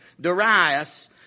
Darius